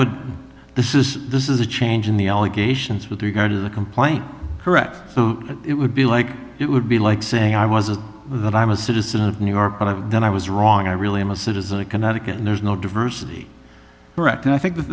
would this is this is a change in the allegations with regard to the complaint correct it would be like it would be like saying i wasn't that i'm a citizen of new york but i've done i was wrong i really am a citizen of connecticut and there's no diversity correct and i think that